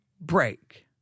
break